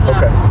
Okay